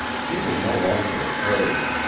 she was no longer afraid.